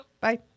Bye